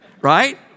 right